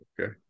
Okay